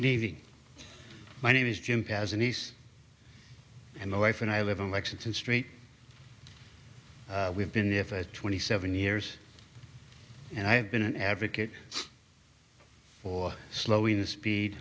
levy my name is jim paths a niece and my wife and i live in lexington saint we've been there for twenty seven years and i've been an advocate for slowing the speed